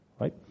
right